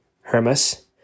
Hermas